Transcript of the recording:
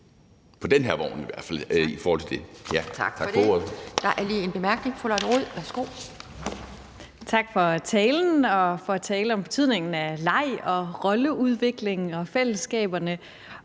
på den her vogn i hvert fald